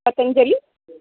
पतञ्जलिः